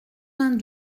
vingt